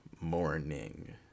morning